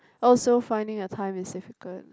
also finding a time is difficult